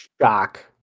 Shock